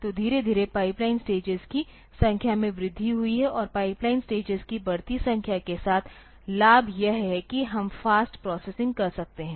तो धीरे धीरे पाइपलाइन स्टेजेस की संख्या में वृद्धि हुई है और पाइपलाइन स्टेजेस की बढ़ती संख्या के साथ लाभ यह है कि हम फ़ास्ट प्रोसेसिंग कर सकते हैं